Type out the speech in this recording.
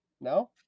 No